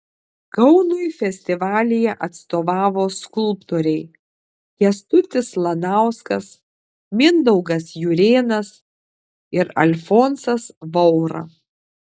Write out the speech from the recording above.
kaunui festivalyje atstovavo skulptoriai kęstutis lanauskas mindaugas jurėnas ir alfonsas vaura